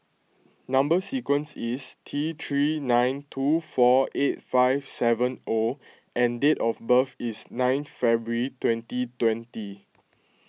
Number Sequence is T three nine two four eight five seven O and date of birth is nine February twenty twenty